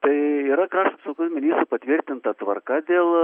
tai yra krašto apsaugos ministro patvirtinta tvarka dėl